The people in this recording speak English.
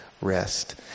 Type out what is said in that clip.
rest